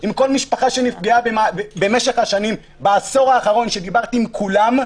עם כל משפחה שנפגעה במשך השנים בעשור האחרון כשדיברתי עם כולם,